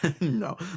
No